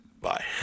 Bye